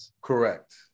correct